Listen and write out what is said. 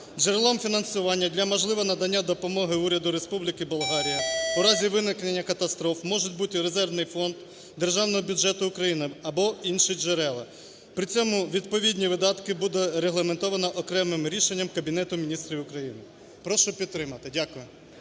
Джерелом фінансування для можливого надання допомоги Уряду Республіки Болгарія у разі виникнення катастроф може бути резервний фонд Державного бюджету України або інші джерела. При цьому відповідні видатки буде регламентовано окремим рішенням Кабінет Міністрів. Прошу підтримати. Дякую.